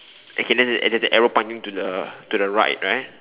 okay then then there's an arrow pointing to the to the right right